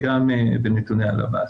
וגם בנתוני הלמ"ס.